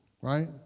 right